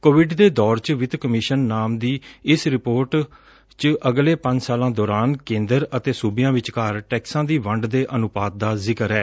Covid ਦੇ ਦੌਰ ਚ ਵਿੱਤ ਕਮਿਸਨ ਨਾਮ ਦੀ ਇਸ ਰਿਪੋਰਟ ਚ ਅਗਲੇ ਪੰਜ ਸਾਲਾ ਦੋਰਾਨ ਕੇਦਰ ਅਤੇ ਸੁਬਿਆ ਵਿਚਕਾਰ ਟੈਕਸਾ ਦੀ ਵੰਡ ਦੇ ਅਨੁਪਾਤ ਦਾ ਜ਼ਿਕਰ ਐ